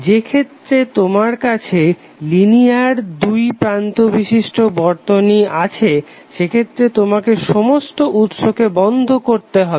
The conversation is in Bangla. যে ক্ষেত্রে তোমার কাছে লিনিয়ার দুই প্রান্ত বিশিষ্ট বর্তনী আছে সেক্ষেত্রে তোমাকে সমস্ত উৎসকে বন্ধ করবে